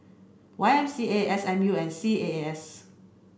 Y M C A S M U and C A A S